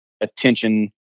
attention